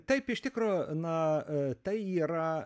taip iš tikro na tai yra